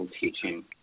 teaching